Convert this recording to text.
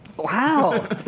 Wow